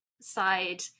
side